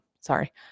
sorry